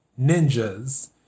ninjas